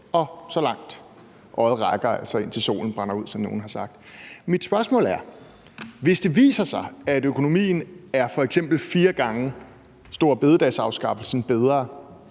og så langt øjet rækker, altså indtil solen brænder ud, som nogen har sagt? Mit spørgsmål er: Hvis det viser sig, at økonomien er f.eks. fire gange storebededagsafskaffelsen bedre,